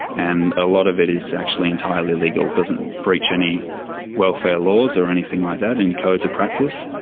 and a lot of it is actually entirely legal, it doesn't breach any welfare laws or anything like that in codes of practice.